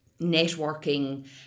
networking